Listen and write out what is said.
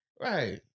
Right